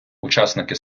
учасники